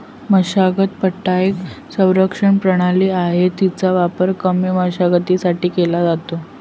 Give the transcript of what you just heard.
मशागत पट्टा एक संरक्षण प्रणाली आहे, तिचा वापर कमी मशागतीसाठी केला जातो